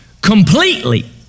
completely